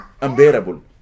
unbearable